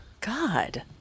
God